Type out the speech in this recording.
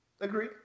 agree